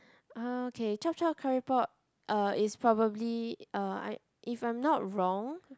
uh okay chop chop curry pok uh is probably uh I if I'm not wrong